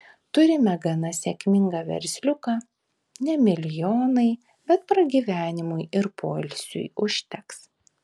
turime gana sėkmingą versliuką ne milijonai bet pragyvenimui ir poilsiui užteks